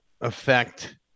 affect